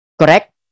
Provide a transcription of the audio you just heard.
Correct